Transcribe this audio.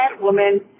woman